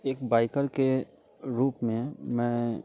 एक बाइकर के रूप में मैं